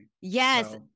yes